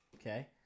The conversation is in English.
Okay